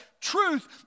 truth